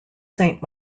saint